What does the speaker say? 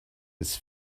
his